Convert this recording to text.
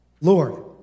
Lord